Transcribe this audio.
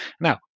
Now